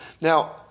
Now